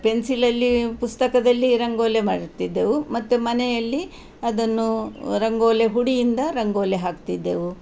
ಪೆನ್ಸಿಲ್ಲಲ್ಲಿ ಪುಸ್ತಕದಲ್ಲಿ ರಂಗೋಲಿ ಮಾಡಿರುತ್ತಿದ್ದೆವು ಮತ್ತು ಮನೆಯಲ್ಲಿ ಅದನ್ನು ರಂಗೋಲಿ ಹುಡಿಯಿಂದ ರಂಗೋಲಿ ಹಾಕ್ತಿದ್ದೆವು